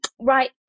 right